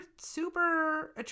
super